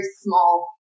small